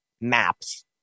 maps